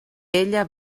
ella